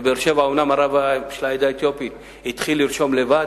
בבאר-שבע אומנם הרב של העדה האתיופית התחיל לרשום לבד,